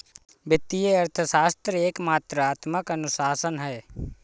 वित्तीय अर्थशास्त्र एक मात्रात्मक अनुशासन है